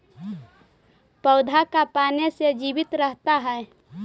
पौधा का पाने से जीवित रहता है?